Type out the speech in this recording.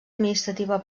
administrativa